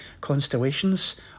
constellations